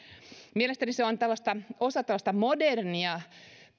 mielestäni se on osa tällaista modernia